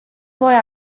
voi